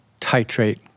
titrate